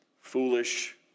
foolish